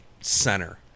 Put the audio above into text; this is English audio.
center